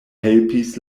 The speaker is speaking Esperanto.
helpis